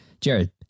Jared